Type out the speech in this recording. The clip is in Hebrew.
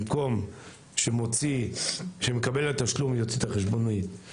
במקום שמקבל התשלום יוציא את החשבונית,